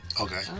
Okay